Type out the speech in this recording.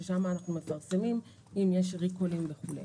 שם אנחנו מפרסמים אם יש ריקולים וכולי.